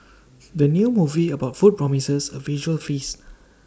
the new movie about food promises A visual feast